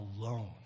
alone